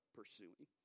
pursuing